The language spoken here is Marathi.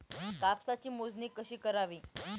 कापसाची मोजणी कशी करावी?